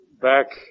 back